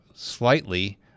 slightly